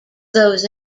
those